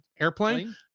Airplane